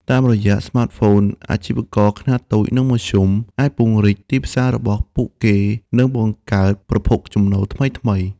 តាមរយៈស្មាតហ្វូន អាជីវករខ្នាតតូច និងមធ្យមអាចពង្រីកទីផ្សាររបស់ពួកគេ និងបង្កើតប្រភពចំណូលថ្មីៗ។